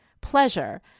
pleasure